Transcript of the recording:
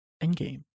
endgame